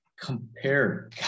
compare